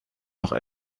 noch